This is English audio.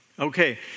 Okay